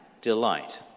Delight